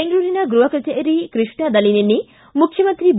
ಬೆಂಗಳೂರಿನ ಗೃಹ ಕಚೇರಿ ಕೃಷ್ಣಾದಲ್ಲಿ ನಿನ್ನೆ ಮುಖ್ಯಮಂತ್ರಿ ಬಿ